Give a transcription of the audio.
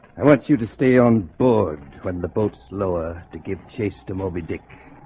i want you to stay on board when the boats lower to give chase to moby dick